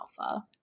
alpha